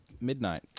midnight